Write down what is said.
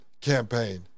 campaign